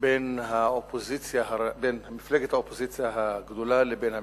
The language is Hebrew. בין מפלגת האופוזיציה הגדולה לבין הממשלה.